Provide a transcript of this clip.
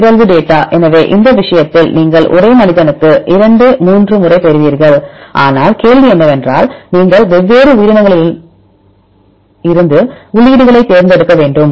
பிறழ்வு டேட்டா எனவே இந்த விஷயத்தில் நீங்கள் ஒரே மனிதனுக்கு 2 3 முறை பெறுவீர்கள் ஆனால் கேள்வி என்னவென்றால் நீங்கள் வெவ்வேறு உயிரினங்களில் இருந்து உள்ளீடுகளைத் தேர்ந்தெடுக்க வேண்டும்